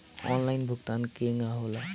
Online भुगतान केगा होला?